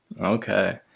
okay